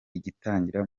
igitangira